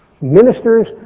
Ministers